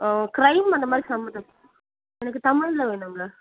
ஆ crime அந்த மாதிரி சம்பந்தமா எனக்கு தமிழில் வேணும்ங்க